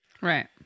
Right